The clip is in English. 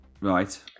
Right